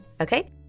Okay